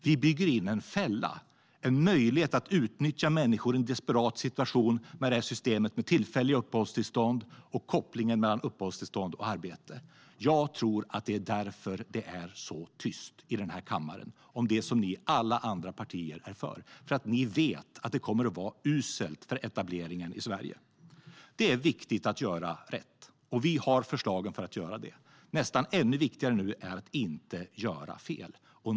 Vi bygger in en fälla, en möjlighet att utnyttja människor i en desperat situation, med systemet med tillfälliga uppehållstillstånd och kopplingen mellan uppehållstillstånd och arbete. Jag tror att det är därför som det är så tyst i den här kammaren om det som ni alla andra partier vet och är för, att det kommer att vara uselt för etableringen i Sverige. Det är viktigt att göra rätt, och vi har förslagen för att göra det. Nästan ännu viktigare nu är att inte göra fel.